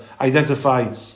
identify